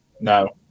no